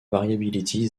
variability